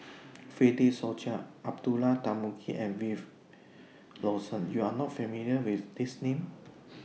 Fred De Souza Abdullah Tarmugi and Wilfed Lawson YOU Are not familiar with These Names